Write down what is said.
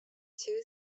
two